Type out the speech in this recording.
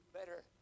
better